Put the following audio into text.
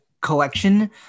collection